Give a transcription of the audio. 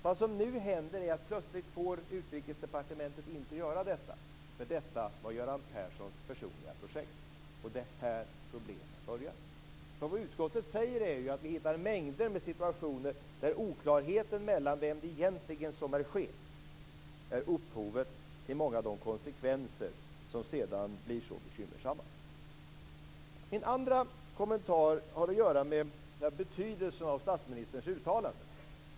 Vad som nu händer är att Utrikesdepartementet plötsligt inte får göra detta, för detta var Göran Perssons personliga projekt. Det är här problemen börjar. Vad utskottet säger är att vi hittar mängder av situationer där oklarheten mellan vem som egentligen är chef är upphovet till många av de konsekvenser som sedan blir så bekymmersamma. Min andra kommentar har att göra med betydelsen av statsministerns uttalanden.